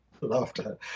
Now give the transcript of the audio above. laughter